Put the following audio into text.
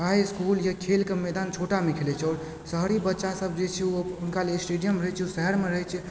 high school या खेलके मैदान छोटामे खेलैत छै आओर शहरी बच्चासभ जे छै हुनका लेल स्टेडियम रहैत छै शहरमे रहैत छै